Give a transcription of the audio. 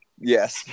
Yes